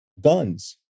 guns